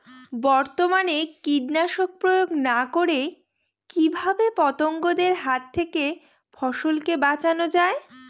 বর্তমানে কীটনাশক প্রয়োগ না করে কিভাবে পতঙ্গদের হাত থেকে ফসলকে বাঁচানো যায়?